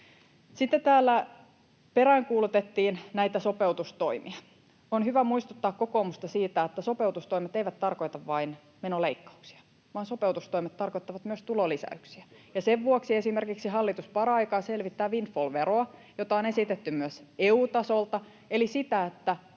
Sitten täällä peräänkuulutettiin näitä sopeutustoimia. On hyvä muistuttaa kokoomusta siitä, että sopeutustoimet eivät tarkoita vain menoleikkauksia vaan sopeutustoimet tarkoittavat myös tulolisäyksiä. Ja sen vuoksi esimerkiksi hallitus paraikaa selvittää windfall-veroa, jota on esitetty myös EU-tasolta, eli sitä, että